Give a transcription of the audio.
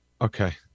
Okay